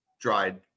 dried